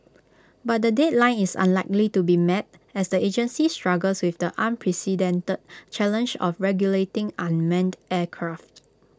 but the deadline is unlikely to be met as the agency struggles with the unprecedented challenge of regulating unmanned aircraft